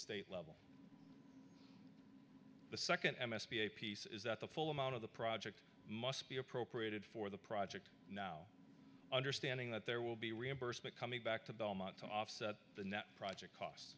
state level the second m s p a piece is that the full amount of the project must be appropriated for the project now understanding that there will be reimbursement coming back to belmont to offset the net project cost